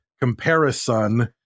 Comparison